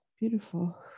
beautiful